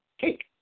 Cake